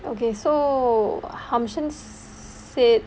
okay so hum chin said